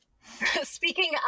Speaking